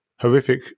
horrific